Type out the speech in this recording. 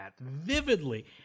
vividly